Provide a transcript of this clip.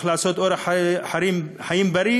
איך לקיים אורח חיים בריא,